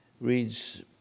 reads